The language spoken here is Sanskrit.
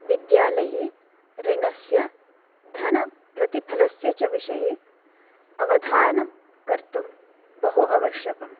विद्यालये ऋणस्य धनप्रतिफलस्य च विषये अवधानं कर्तुं बहु आवश्यकं